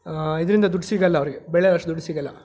ಇದರಿಂದ ದುಡ್ಡು ಸಿಗಲ್ಲ ಅವರಿಗೆ ಬೆಳೆಯೋವಷ್ಟು ದುಡ್ಡು ಸಿಗಲ್ಲ